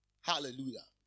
Hallelujah